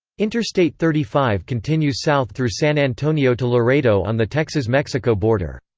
interstate thirty five continues south through san antonio to laredo on the texas-mexico border.